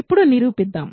ఇప్పుడు నిరూపిద్దాం